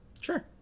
Sure